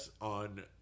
on